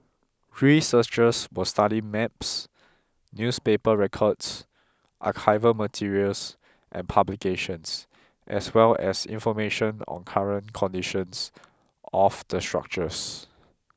researchers will study maps newspaper records archival materials and publications as well as information on current conditions of the structures